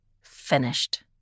finished